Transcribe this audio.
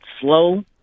slow